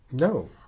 No